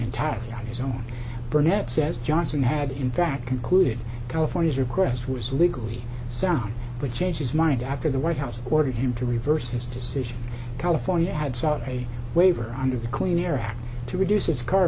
entirely on his own burnett says johnson had in fact concluded california's request was legally sound but changed his mind after the white house ordered him to reverse his decision california had sought a waiver under the clean air act to reduce